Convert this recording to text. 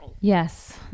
yes